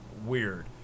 weird